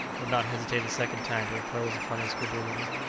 would not hesitate a second time to impose upon his credulity.